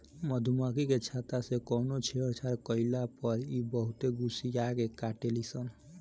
मधुमखी के छत्ता से कवनो छेड़छाड़ कईला पर इ बहुते गुस्सिया के काटेली सन